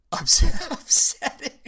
upsetting